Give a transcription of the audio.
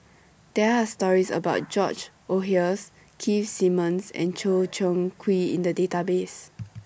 There Are stories about George Oehlers Keith Simmons and Choo Seng Quee in The Database